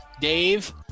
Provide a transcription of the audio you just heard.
Dave